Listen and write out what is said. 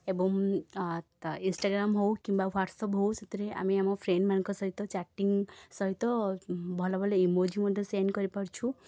ଏବଂ ଆ ଇନ୍ସଟାଗ୍ରାମ୍ ହେଉ କିମ୍ବା ହ୍ୱାଟ୍ସଆପ୍ ହେଉ ସେଥିରେ ଆମେ ଆମ ଫ୍ରେଣ୍ଡମାନଙ୍କ ସହିତ ଚାଟିଙ୍ଗ ସହିତ ଉଁ ଭଲଭଲ ଇମୋଜୀ ମଧ୍ୟ ସେଣ୍ଡ କରିପାରୁଛୁ